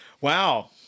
Wow